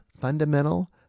Fundamental